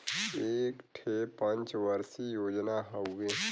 एक ठे पंच वर्षीय योजना हउवे